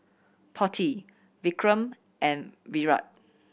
Potti Vikram and Virat